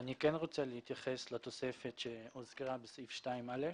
אני כן רוצה להתייחס לתוספת שהוזכרה בפסקה (2א)